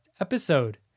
episode